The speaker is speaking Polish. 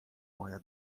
moja